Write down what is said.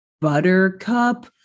buttercup